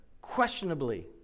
questionably